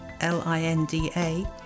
L-I-N-D-A